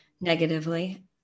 negatively